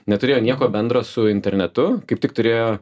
neturėjo nieko bendra su internetu kaip tik turėjo